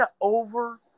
over